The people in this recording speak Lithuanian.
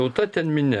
tauta ten minia